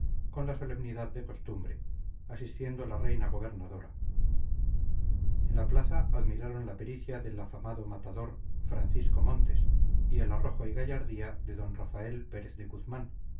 con la solemnidad de costumbre asistiendo la reina gobernadora en la plaza admiraron la pericia del afamado matador francisco montes y el arrojo y gallardía de d rafael pérez de guzmán